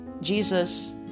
Jesus